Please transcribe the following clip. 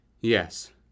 Yes